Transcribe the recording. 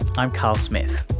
i'm carl smith.